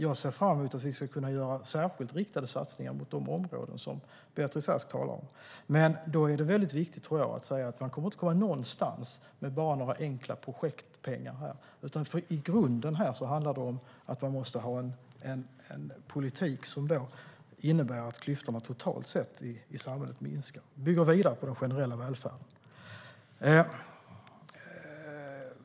Jag ser fram emot att vi ska kunna göra särskilda riktade satsningar mot de områden Beatrice Ask talar om, men då tror jag att det är viktigt att säga att man inte kommer någonstans med bara några enkla projektpengar. I grunden handlar det i stället om att man måste ha en politik som innebär att klyftorna totalt sett minskar i samhället. Det handlar om att bygga vidare på den generella välfärden.